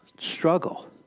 struggle